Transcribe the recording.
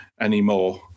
anymore